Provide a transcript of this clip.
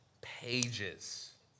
pages